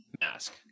mask